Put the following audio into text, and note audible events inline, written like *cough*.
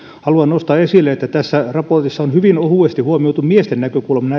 nostaa esille on se että tässä raportissa on hyvin ohuesti huomioitu miesten näkökulma *unintelligible*